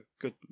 good